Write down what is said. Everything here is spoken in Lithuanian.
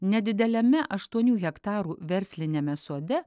nedideliame aštuonių hektarų versliniame sode